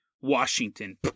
Washington